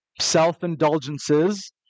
self-indulgences